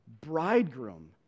bridegroom